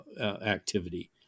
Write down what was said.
activity